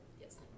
Yes